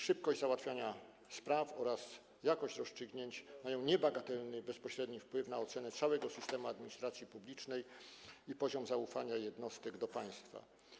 Szybkość załatwiania spraw oraz jakość rozstrzygnięć mają niebagatelny i bezpośredni wpływ na ocenę całego systemu administracji publicznej i poziom zaufania jednostek do państwa.